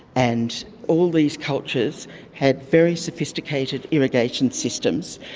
and all these cultures had very sophisticated irrigation systems,